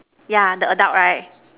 yeah the adult right